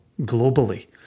globally